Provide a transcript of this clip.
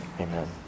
Amen